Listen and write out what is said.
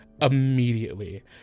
immediately